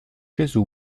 gesù